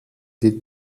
die